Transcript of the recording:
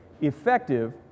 effective